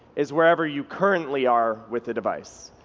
is wherever you currently are with the device.